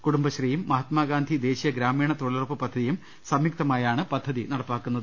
കുടുംബശ്രീയും മഹാ ത്മാഗാന്ധി ദേശീയ ഗ്രാമീണ തൊഴിലുറപ്പ് പൃദ്ധ്തിയും സംയു ക്തമായാണ് പദ്ധതി നടപ്പാക്കുന്നത്